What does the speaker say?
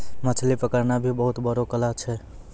मछली पकड़ना भी बहुत बड़ो कला छै